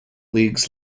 leagues